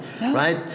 Right